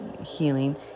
healing